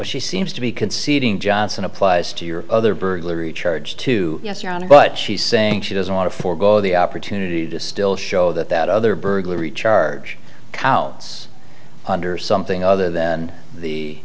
she seems to be conceding johnson applies to your other burglary charge to yes your honor but she's saying she doesn't want to forego the opportunity to still show that that other burglary charge counts under something other than the